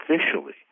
officially